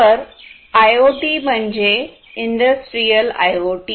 तर आयआयओटी म्हणजे industrial I ओटी